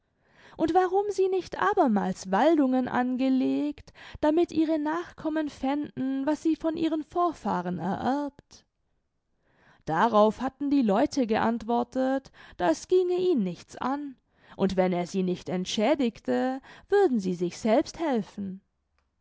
und warum sie nicht abermals waldung angelegt damit ihre nachkommen fänden was sie von ihren vorfahren ererbt darauf hatten die leute geantwortet das ginge ihn nichts an und wenn er sie nicht entschädigte würden sie sich selbst helfen